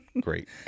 great